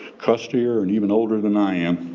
crustier and even older than i am,